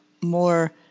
more